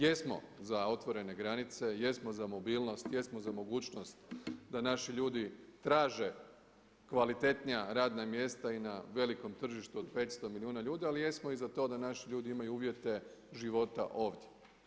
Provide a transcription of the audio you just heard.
Jesmo za otvorene granice, jesmo za mobilnost, jesmo za mogućnost da naši ljudi traže kvalitetnija radna mjesta i na velikom tržištu od 500 milijuna ljudi, ali jesmo i za to da naši ljudi imaju uvjete života ovdje.